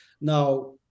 Now